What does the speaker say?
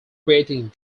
creating